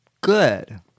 good